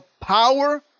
power